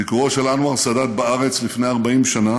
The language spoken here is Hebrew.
ביקורו של אנואר סאדאת בארץ לפני 40 שנה